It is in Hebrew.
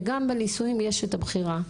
וגם בנישואים יש את הבחירה.